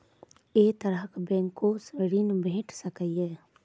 ऐ तरहक बैंकोसऽ ॠण भेट सकै ये?